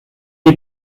est